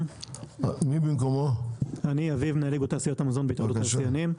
אביב חצבאני, בבקשה.